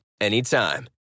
anytime